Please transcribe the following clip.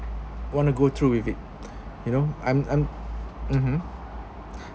want to go through with it you know um um mmhmm